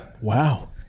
wow